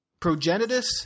Progenitus